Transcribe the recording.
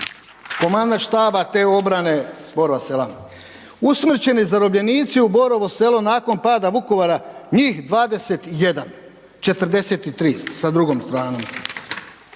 Komandant štaba te obrane Borova Sela. Usmrćeni zarobljenici u Borovo Selo nakon pada Vukovara, njih 21. 43 sa drugom stranom.